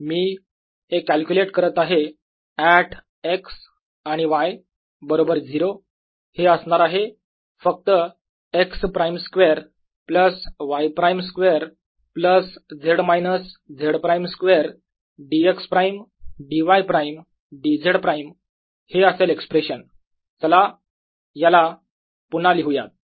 मी हे कॅल्क्युलेट करत आहे ऍट x आणि y बरोबर 0 हे असणार आहे फक्त x prime square plus y prime square plus z minus Z prime square dx prime dy prime dZ prime हे असेल एक्सप्रेशन चला याला पुन्हा लिहूयात